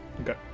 Okay